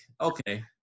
okay